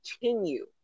continue